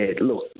look